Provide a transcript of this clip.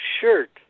shirt